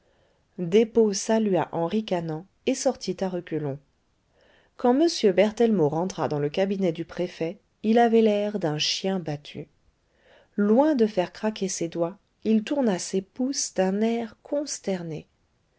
despaux salua en ricanant et sortit à reculons quand m berthellemot rentra dans le cabinet du préfet il avait l'air d'un chien battu loin de faire craquer ses doigts il tourna ses pouces d'un air consterné